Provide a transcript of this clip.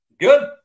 Good